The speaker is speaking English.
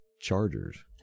Chargers